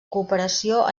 cooperació